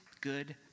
good